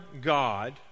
God